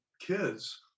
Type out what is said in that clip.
kids